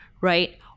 right